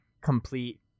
complete